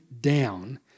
down